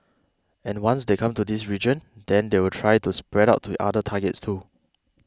and once they come to this region then they will try to spread out to other targets too